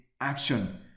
action